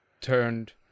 turned